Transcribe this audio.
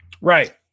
Right